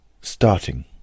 Starting